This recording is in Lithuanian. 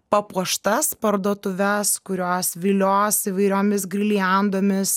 papuoštas parduotuves kurios vilios įvairiomis girliandomis